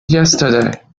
yesterday